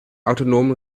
autonomen